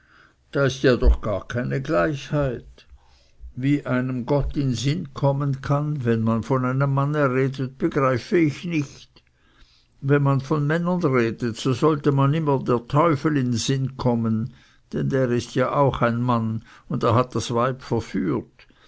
da ist doch ja gar keine gleichheit wie einem gott in sinn kommen kann wenn man von einem manne redet begreife ich nicht wenn man von männern redet so sollte einem immer der teufel in sinn kommen denn der ist ja auch ein mann und er hat das weib verführt